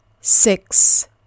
six